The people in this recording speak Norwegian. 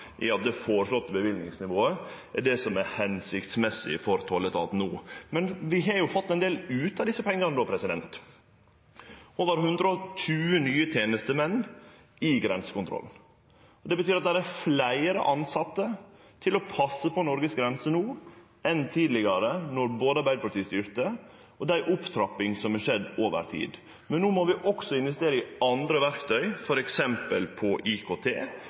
i at det føreslåtte løyvingsnivået er det som er hensiktsmessig for tolletaten no. Men vi har jo fått ein del ut av desse pengane, over 120 nye tenestemenn i grensekontroll. Det betyr at det er fleire tilsette til å passe på Noregs grenser no enn tidlegare, då Arbeidarpartiet styrte, og det er ei opptrapping som har skjedd over tid. Men no må vi også investere i andre verktøy, f.eks. på IKT.